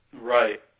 Right